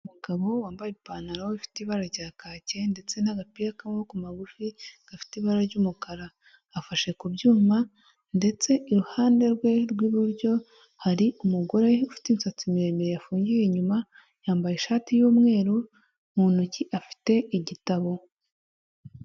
Umugabo wambaye ipantaro ifite ibara rya kake ndetse n'agapira k'amaboko magufi gafite ibara ry'umukara afashe ku byuma ndetse iruhande rwe rw'iburyo hari umugore ufite imisatsi miremire yafungiye inyuma yambaye ishati y'umweru mu ntoki afite igitabo.